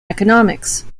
economics